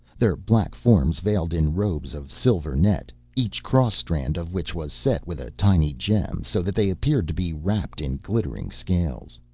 their black forms veiled in robes of silver net, each cross strand of which was set with a tiny gem, so that they appeared to be wrapped in glittering scales.